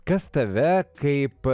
kas tave kaip